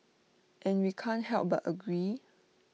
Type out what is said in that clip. and we can't help but agree